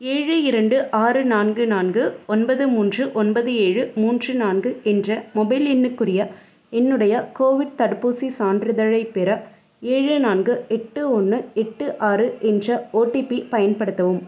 ஏழு இரண்டு ஆறு நான்கு நான்கு ஒன்பது மூன்று ஒன்பது ஏழு மூன்று நான்கு என்ற மொபைல் எண்ணுக்குரிய என்னுடைய கோவிட் தடுப்பூசிச் சான்றிதழைப் பெற ஏழு நான்கு எட்டு ஒன்று எட்டு ஆறு என்ற ஓடிபி பயன்படுத்தவும்